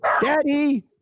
daddy